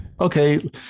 okay